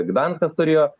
gdanskas turėjo